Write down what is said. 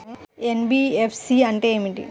NBFC అంటే ఏమిటి?